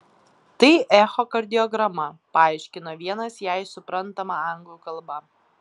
tai echokardiograma paaiškino vienas jai suprantama anglų kalba